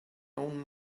own